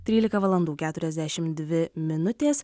trylika valandų keturiasdešim dvi minutės